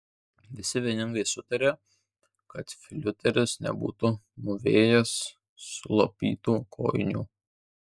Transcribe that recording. visi vieningai sutarė kad fiureris nebūtų mūvėjęs sulopytų kojinių